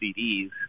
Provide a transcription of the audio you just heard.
CDs